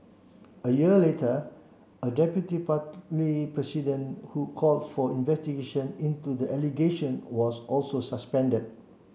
a year later a deputy party president who called for investigations into the allegation was also suspended